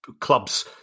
clubs